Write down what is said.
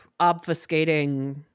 obfuscating